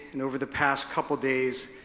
and over the past couple days,